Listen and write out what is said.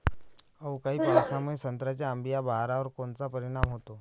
अवकाळी पावसामुळे संत्र्याच्या अंबीया बहारावर कोनचा परिणाम होतो?